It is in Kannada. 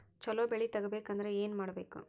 ಛಲೋ ಬೆಳಿ ತೆಗೇಬೇಕ ಅಂದ್ರ ಏನು ಮಾಡ್ಬೇಕ್?